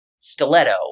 stiletto